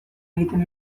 egiten